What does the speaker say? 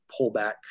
pullback